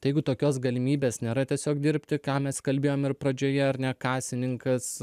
jeigu tokios galimybės nėra tiesiog dirbti ką mes kalbėjom ir pradžioje ar ne kasininkas